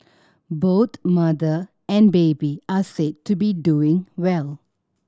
both mother and baby are said to be doing well